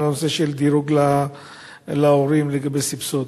בנושא של דירוג להורים לגבי סבסוד.